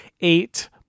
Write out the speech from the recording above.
eight